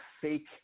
fake